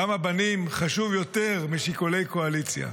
דם הבנים חשוב יותר משיקולי קואליציה.